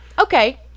okay